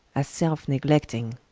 as selfe-neglecting.